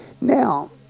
Now